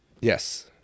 Yes